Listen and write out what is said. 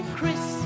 Chris